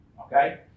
okay